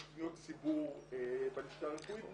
יש פניות ציבור בלשכה הרפואית.